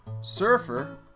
surfer